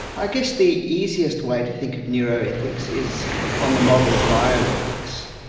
i guess the easiest way to think of neuroethics is on the model of bioethics.